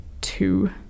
two